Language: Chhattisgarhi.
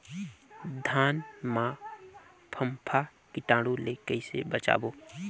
धान मां फम्फा कीटाणु ले कइसे बचाबो?